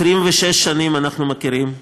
26 שנים אנחנו מכירים.